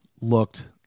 looked